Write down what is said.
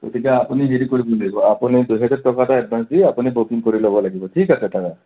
তেতিয়া আপুনি হেৰি কৰিব লাগিব আপুনি দুহেজাৰ টকা এটা এডভান্স দি আপুনি বুকিং কৰি ল'ব লাগিব থিক আছে দাদা